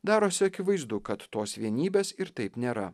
darosi akivaizdu kad tos vienybės ir taip nėra